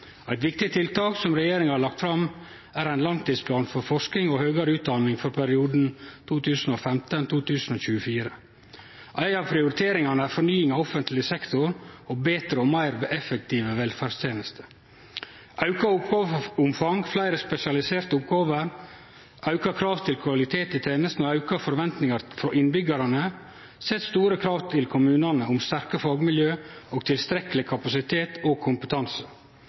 Eit viktig tiltak som regjeringa har lagt fram, er ein langtidsplan for forsking og høgare utdanning for perioden 2015–2024. Ei av prioriteringane er fornying av offentleg sektor og betre og meir effektive velferdstenester. Auka oppgåveomfang, fleire spesialiserte oppgåver, auka krav til kvalitet i tenestene og auka forventningar frå innbyggjarane set store krav til kommunane om sterke fagmiljø og tilstrekkeleg kapasitet og kompetanse.